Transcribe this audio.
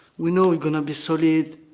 we know we're going to be solid,